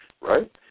Right